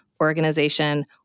organization